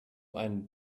einen